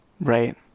Right